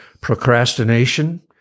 procrastination